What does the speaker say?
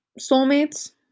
soulmates